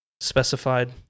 specified